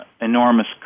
enormous